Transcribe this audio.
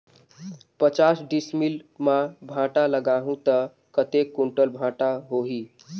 पचास डिसमिल मां भांटा लगाहूं ता कतेक कुंटल भांटा होही?